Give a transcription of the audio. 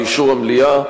לאישור המליאה,